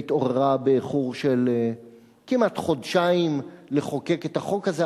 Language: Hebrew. והתעוררה באיחור של חודשיים לחוקק את החוק הזה,